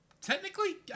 Technically